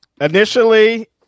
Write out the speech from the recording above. initially